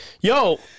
Yo